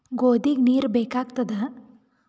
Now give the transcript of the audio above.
ಗೋಧಿಗ ನೀರ್ ಬೇಕಾಗತದ?